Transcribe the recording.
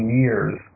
years